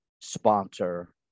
sponsor